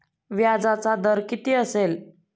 व्याजाचा दर किती असेल?